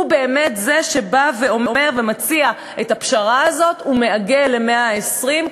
הוא באמת זה שהציע את הפשרה הזאת ועיגל ל-120,